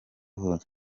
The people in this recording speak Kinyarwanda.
hose